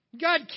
God